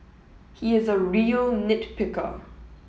he is a real nit picker